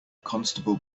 constable